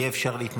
יהיה אפשר להתנגד,